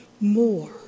more